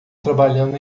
trabalhando